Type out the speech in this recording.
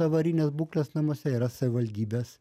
avarinės būklės namuose yra savivaldybės